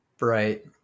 Right